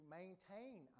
maintain